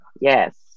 yes